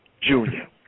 Junior